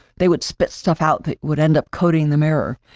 they would spit stuff out, that would end up coating the mirror.